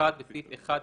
(1)בסעיף 1(ב),